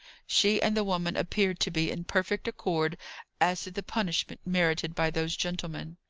she and the woman appeared to be in perfect accord as to the punishment merited by those gentlemen.